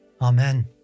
Amen